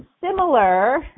similar